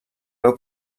veu